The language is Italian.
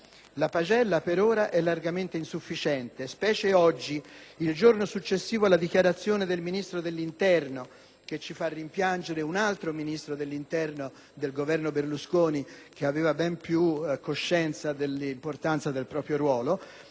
La pagella, per ora, è largamente insufficiente, specie oggi, il giorno successivo alla dichiarazione del Ministro dell'interno (che ci fa rimpiangere un altro Ministro dell'interno del Governo Berlusconi, che aveva ben più coscienza dell'importanza del proprio ruolo)